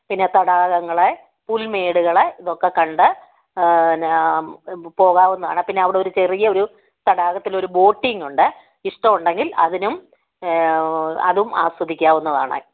പിന്നെ തടാകങ്ങള് പുൽമേടുകള് ഇതൊക്കെക്കണ്ട് ന്നാ പോകാവുന്നാണ് പിന്നവിടൊരു ചെറിയ ഒരു തടാകത്തിലൊരു ബോട്ടിങ്ങോണ്ട് ഇഷ്ടമുണ്ടെങ്കിൽ അതിനും അതും ആസ്വദിക്കാവുന്നതാണ്